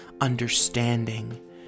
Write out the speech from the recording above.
understanding